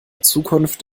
zukunft